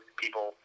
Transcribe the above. people